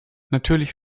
natürlich